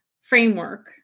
framework